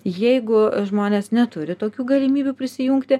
jeigu žmonės neturi tokių galimybių prisijungti